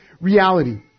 reality